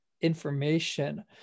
information